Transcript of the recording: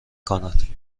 کند